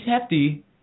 hefty